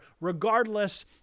Regardless